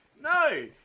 no